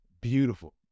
Beautiful